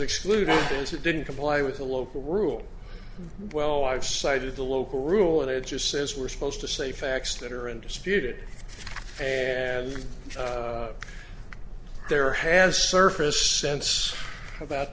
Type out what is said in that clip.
it didn't comply with the local rule well i've cited the local rule and it just says we're supposed to say facts that are in disputed and there has surfaced sense about